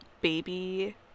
baby